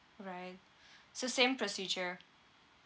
right so same procedure